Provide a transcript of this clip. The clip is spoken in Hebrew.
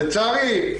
לצערי,